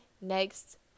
next